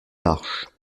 marches